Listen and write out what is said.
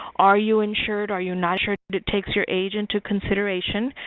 are you insured are you not insured? it takes your age into consideration.